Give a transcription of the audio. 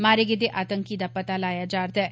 मारे गेदे आतंकी दा पता लाया जा'रदा ऐ